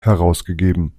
herausgegeben